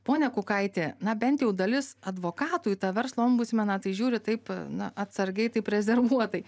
ponia kukaitė na bent jau dalis advokatų į tą verslo ombudsmenu tai žiūri taip na atsargiai taip rezervuotai